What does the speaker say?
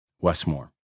Westmore